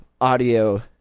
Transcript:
audio